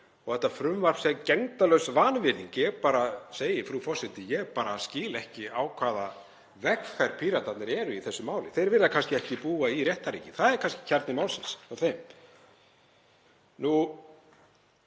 og þetta frumvarp sé gegndarlaus vanvirðing. Ég segi bara, frú forseti, að ég skil ekki á hvaða vegferð Píratar eru í þessu máli. Þeir vilja kannski ekki búa í réttarríki. Það er kannski kjarni málsins hjá þeim.